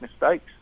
mistakes